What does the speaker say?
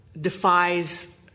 defies